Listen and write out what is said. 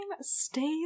stay